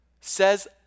says